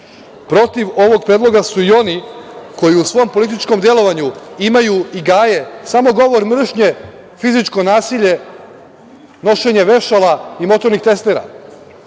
Protiv ovog predloga su i oni koji u svom političkom delovanju imaju i gaje samo govor mržnje, fizičko nasilje, nošenje vešala i motornih testera.